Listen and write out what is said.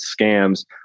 scams